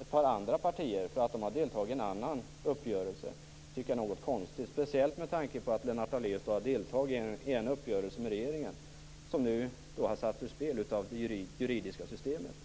ett par andra partier för att de har deltagit i en annan uppgörelse tycker jag är aningen konstigt, speciellt med tanke på att Lennart Daléus har deltagit i en uppgörelse med regeringen som nu har satts ur spel av det juridiska systemet.